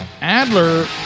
Adler